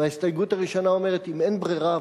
וההסתייגות הראשונה אומרת: אם אין ברירה,